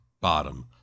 bottom